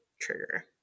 trigger